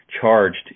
charged